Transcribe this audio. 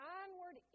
onward